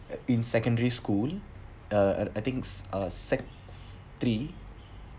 in secondary school uh I think uh sec three